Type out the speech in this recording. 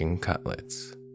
Cutlets